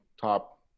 top